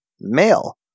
male